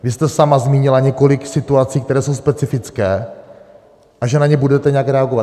Vy jste sama zmínila několik situací, které jsou specifické, a že na ně budete nějak reagovat.